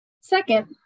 Second